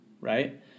right